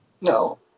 No